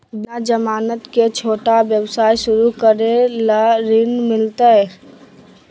बिना जमानत के, छोटा व्यवसाय शुरू करे ला ऋण मिलतई?